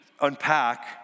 unpack